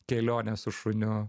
kelionės su šuniu